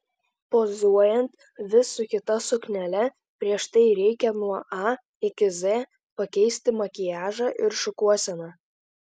pozuojant vis su kita suknele prieš tai reikia nuo a iki z pakeisti makiažą ir šukuoseną